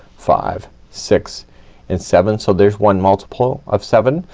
five, six and seven. so there's one multiple of seven.